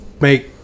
make